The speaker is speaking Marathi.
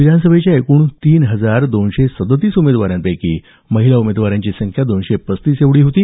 विधानसभेच्या एकूण तीन हजार दोनशे सदतीस उमेदवारांपैकी महिला उमेदवारांची संख्या दोनशे पस्तीस एवढी होती